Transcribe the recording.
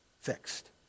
fixed